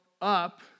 up